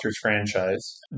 franchise